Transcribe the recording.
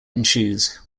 ensues